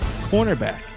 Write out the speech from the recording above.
cornerback